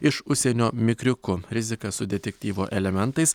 iš užsienio mikriuku rizika su detektyvo elementais